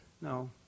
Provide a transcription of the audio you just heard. No